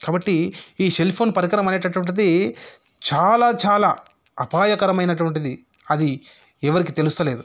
కాబట్టి ఈ సెల్ఫోన్ పరికరం అనేటటువంటిది చాలా చాలా అపాయకరమైనటువంటిది అది ఎవరికి తెలుస్తలేదు